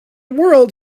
world